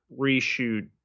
reshoot